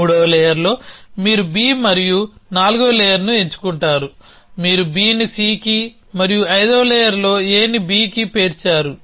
మూడవ లేయర్లోమీరు B మరియు నాల్గవ లేయర్ని ఎంచుకుంటారు మీరు B ని C కి మరియు ఐదవ లేయర్లో A ని B కి పేర్చారు